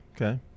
Okay